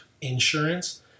insurance